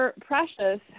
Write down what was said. precious